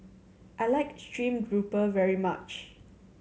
I like stream grouper very much